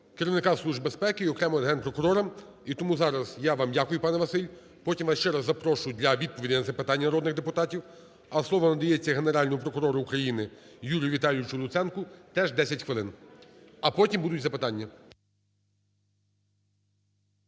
керівника Служби безпеки і окремо з Генпрокуром. І тому зараз я вам дякую, пане Василь. Потім я ще раз запрошу для відповіді на запитання народних депутатів. А слово надається Генеральному прокурору України Юрію Віталійовичу Луценку, теж 10 хвилин, а потім будуть запитання.